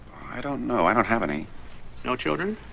i? don't know i don't have any no children.